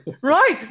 Right